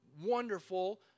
wonderful